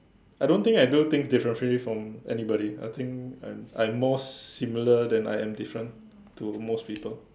I don't think I do things differently from anybody I think I'm I'm more similar than I am different to most people